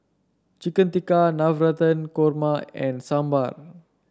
Chicken Tikka Navratan Korma and Sambar